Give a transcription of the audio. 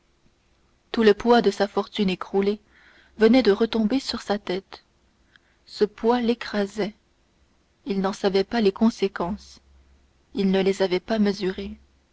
tout le poids de sa fortune écroulée venait de retomber sur sa tête ce poids l'écrasait il n'en savait pas les conséquences il ne les avait pas mesurées